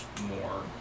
more